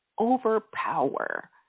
overpower